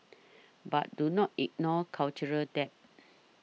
but do not ignore cultural debt